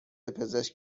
پزشک